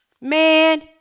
Man